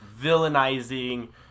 villainizing